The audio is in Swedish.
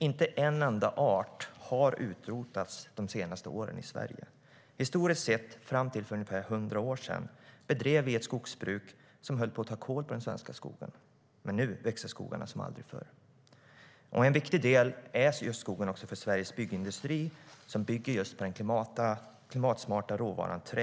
Inte en enda art har utrotats i Sverige under de senaste åren. Historiskt sett, fram till för ungefär hundra år sedan, bedrev vi ett skogsbruk som höll på att ta kål på den svenska skogen, men nu växer skogarna som aldrig förr. Skogen är en viktig del för Sveriges byggindustri, som bygger med den klimatsmarta råvaran trä.